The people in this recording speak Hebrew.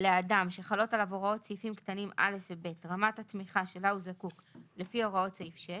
בסדר.